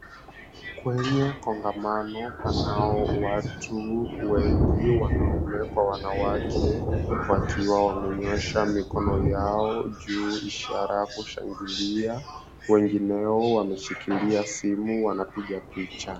Kwenye kongamano panao watu wengi wanaume kwa wanawake wakiwa wamenyosha mikono yao juu ishara kushangilia, wengineo wameshikilia simu wanapiga picha.